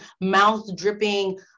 mouth-dripping